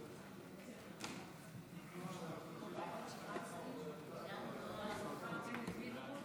את חבר הכנסת הרב יצחק פינדרוס יברך